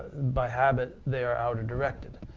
by habit they are outward directed,